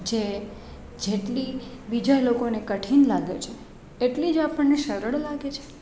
જે જેટલી બીજા લોકોને કઠિન લાગે છે એટલી જ આપણને સરળ લાગે છે